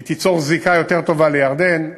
היא תיצור זיקה יותר טובה לירדן.